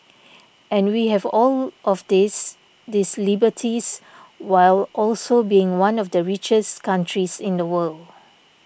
and we have all of these these liberties while also being one of the richest countries in the world